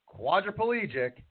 quadriplegic